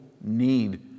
need